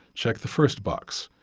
check the first box.